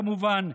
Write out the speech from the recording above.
כמובן,